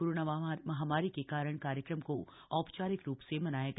corona महामारी के कारण कार्यक्रम को औपचारिक रूप से मनाया गया